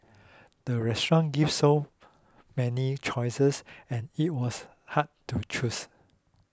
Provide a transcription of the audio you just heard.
the restaurant gave so many choices and it was hard to choose